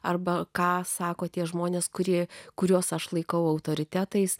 arba ką sako tie žmonės kurie kuriuos aš laikau autoritetais